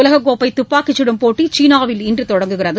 உலகக்கோப்பை துப்பாக்கிச் சுடும் போட்டி சீனாவில் இன்று தொடங்குகிறது